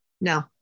no